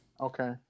Okay